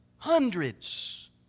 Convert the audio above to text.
Hundreds